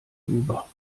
über